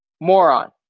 moron